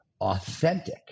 authentic